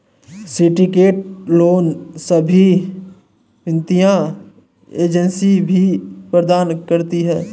syndicate loan सभी वित्तीय agency भी प्रदान करवाती है